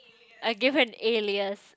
I give an alias